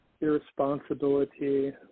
irresponsibility